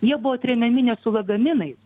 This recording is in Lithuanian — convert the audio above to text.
jie buvo tremiami ne su lagaminais